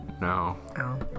No